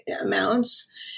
amounts